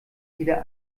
wieder